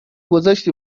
گذاشتی